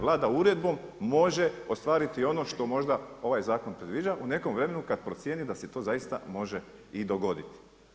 Vlada uredbom može ostvariti ono što možda ovaj zakon predviđa u nekom vremenu kad procijeni da se to zaista može i dogoditi.